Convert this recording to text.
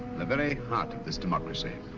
the very heart of this democracy.